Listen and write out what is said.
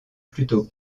plutôt